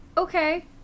Okay